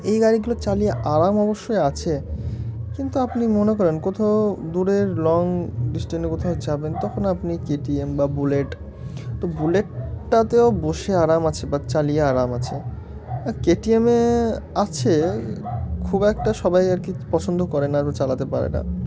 এই গাড়িগুলো চালিয়ে আরাম অবশ্যই আছে কিন্তু আপনি মনে করেন কোথাও দূরের লং ডিস্টেন্সে কোথাও যাবেন তখন আপনি কে টি এম বা বুলেট তো বুলেটটাতেও বসে আরাম আছে বা চালিয়ে আরাম আছে কে টি এমে আছে খুব একটা সবাই আর কি পছন্দ করে না আরো চালাতে পারে না